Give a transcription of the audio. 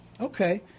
Okay